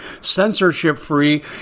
censorship-free